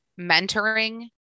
mentoring